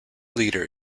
leader